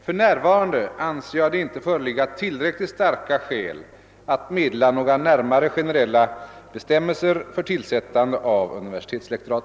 För närvarande an ser jag det inte föreligga tillräckligt starka skäl att meddela några närmare generella bestämmelser för tillsättande av universitetslektorat.